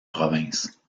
province